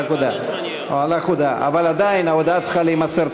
רק הודעה, אבל עדיין, ההודעה צריכה להימסר.